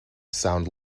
sounds